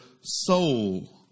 soul